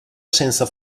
senza